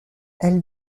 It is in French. elle